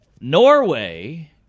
Norway